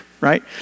right